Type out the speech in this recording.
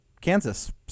Kansas